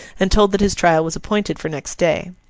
and told that his trial was appointed for next day.